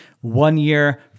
one-year